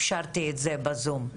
אפשרתי את זה בזום.